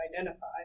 identify